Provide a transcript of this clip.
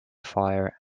fire